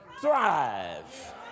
Thrive